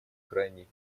крайней